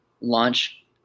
launch